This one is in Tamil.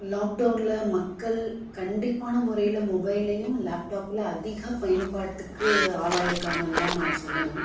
லாக்டவுனில் மக்கள் கண்டிப்பான முறையில மொபைலேயும் லேப்டாப்பில் அதிக பயன்பாட்டுக்கு ஆளாகிருக்காங்க தான் நான் சொல்லணும்